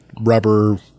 rubber